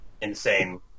insane